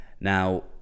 Now